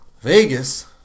Vegas